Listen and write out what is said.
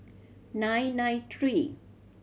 nine nine three